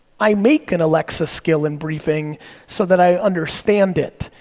i make an alexa skill and briefing so that i understand it,